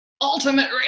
ultimate